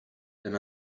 than